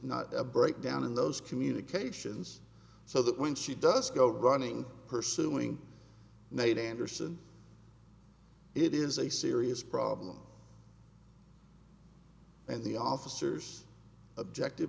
not a breakdown in those communications so that when she does go running pursuing nate anderson it is a serious problem and the officers object